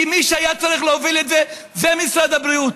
כי מי שהיה צריך להוביל את זה זה משרד הבריאות.